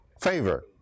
Favor